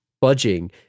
budging